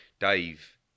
dave